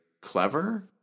clever